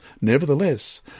Nevertheless